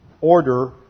order